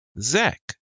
Zach